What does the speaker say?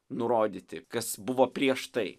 nurodyti kas buvo prieš tai